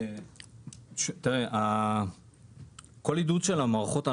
לגבי עידוד של המערכות,